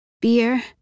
beer